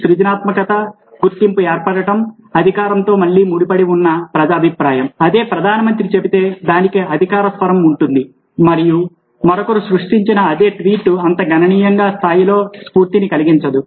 సృజనాత్మకత గుర్తింపు ఏర్పడటం అధికారంతో మళ్లీ ముడిపడి ఉన్న ప్రజాభిప్రాయం అదే ప్రధానమంత్రి చెబితే దానికి అధికార స్వరం ఉంటుంది మరియు మరొకరు సృష్టించిన అదే ట్వీట్ అంత గణనీయమైన స్థాయిలో స్ఫూర్తిని కలిగించదు